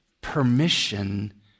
permission